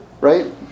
right